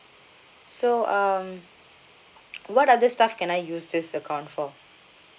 so um what other stuff can I use this account for